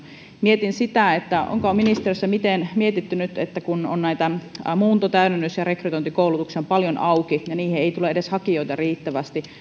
mietin sitä onkohan ministeriössä mietitty että kun nyt on näitä muunto täydennys ja rekrytointikoulutuksia paljon auki ja niihin ei tule edes hakijoita riittävästi